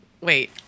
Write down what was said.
Wait